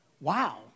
Wow